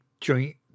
joint